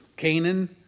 Canaan